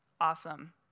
Awesome